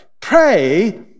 pray